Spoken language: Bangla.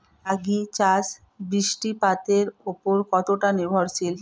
রাগী চাষ বৃষ্টিপাতের ওপর কতটা নির্ভরশীল?